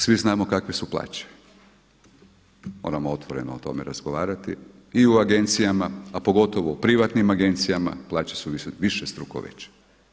Svi znamo kolike su plaće, moramo otvoreno o tome razgovarati i u agencijama a pogotovo u privatnim agencijama plaće su višestruko veće.